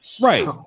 Right